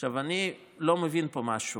אני לא מבין פה משהו.